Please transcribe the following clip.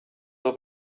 will